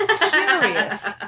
curious